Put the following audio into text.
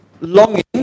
longing